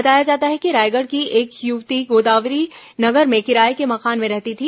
बताया जाता है कि रायगढ़ की एक युवती गोदावरी नगर में किराये के मकान में रहती थी